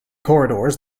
corridors